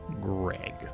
Greg